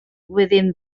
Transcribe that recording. within